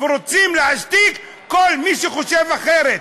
ורוצים להשתיק כל מי שחושב אחרת.